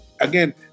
Again